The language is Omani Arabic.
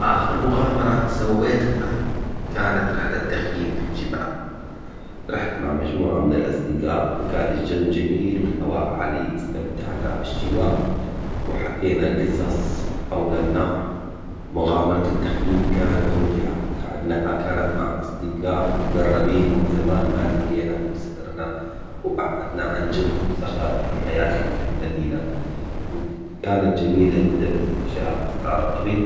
آخر مغامرة سويتها كانت رحلة تخييم في الجبال، روحت مع مجموعة من الأصدقاء وكان الجو جميل والهواء عليل، استمتعنا بالشواء وحكينا قصص حول النهر، مغامرة التخييم كانت ممتعة لأنها كانت مع أصدقاء مقربين ومن زمان ما التقينا وسهرنا وبعدنا عن جو وصخب الحياة اللي في المدينة، وك- وكانت جميلة جداً باستكشاف أسرار الطبيعة.